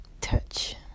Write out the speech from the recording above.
touch